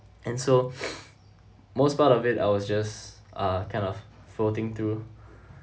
and so most part of it I was just uh kind of floating through